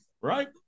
right